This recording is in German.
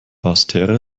basseterre